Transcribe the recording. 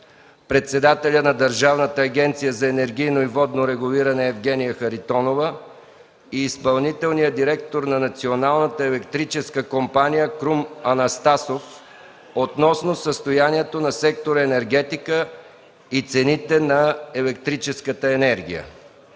председателя на Държавната комисия за енергийно и водно регулиране Евгения Харитонова и изпълнителния директор на Националната електрическа компания Крум Анастасов относно състоянието на сектор „Енергетика” и цените на електрическата енергия.